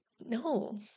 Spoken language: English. no